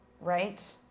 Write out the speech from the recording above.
Right